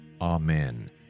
Amen